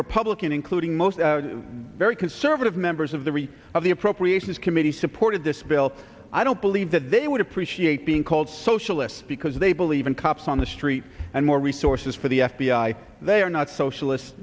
republican including most very conservative members the reach of the appropriations committee supported this bill i don't believe that they would appreciate being called socialist because they believe in cops on the street and more resources for the f b i they are not socialist